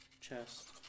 Chest